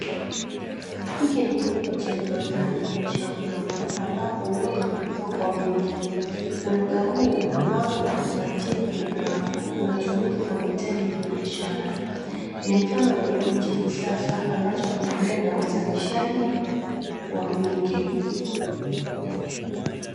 Hiki ni kilimo cha viwandani cha uyoga ambapo uyoga unakuwa kwa wingi. Uyoga huu umepangwa kwa utaratibu kwenye rafu. Unatumika kwa mahitaji ya kibiashara. Ni mfano wa kilimo cha kisasa ambacho kinalenga uzalishaji wa wingi.